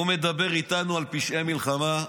הוא מדבר איתנו על פשעי מלחמה?